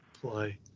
play